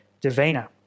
Divina